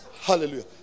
Hallelujah